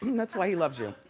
that's why he loves you.